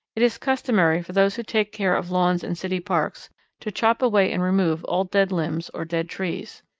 it is customary for those who take care of lawns and city parks to chop away and remove all dead limbs or dead trees.